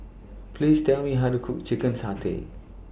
Please Tell Me How to Cook Chicken Satay